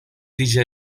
déjà